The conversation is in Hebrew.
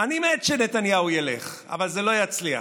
אני מת שנתניהו ילך, אבל זה לא יצליח,